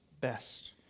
best